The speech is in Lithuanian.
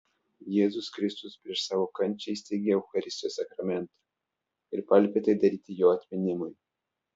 jėzus kristus prieš savo kančią įsteigė eucharistijos sakramentą ir paliepė tai daryti jo atminimui